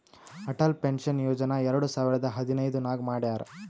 Atal pension Yojana ಎರಡು ಸಾವಿರದ ಹದಿನೈದ್ ನಾಗ್ ಮಾಡ್ಯಾರ್